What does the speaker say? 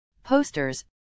posters